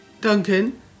Duncan